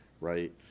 right